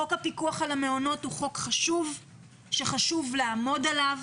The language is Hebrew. חוק הפיקוח על המעונות הוא חוק חשוב שחשוב לעמוד עליו.